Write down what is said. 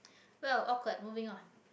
well awkward moving on